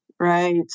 Right